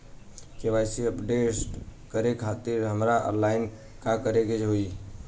KYC update करे खातिर हमरा ऑनलाइन का करे के होई?